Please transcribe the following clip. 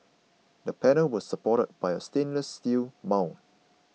the panels were supported by a stainless steel mount